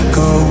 go